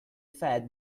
fat